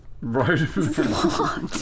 right